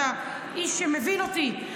אתה איש שמבין אותי.